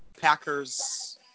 Packers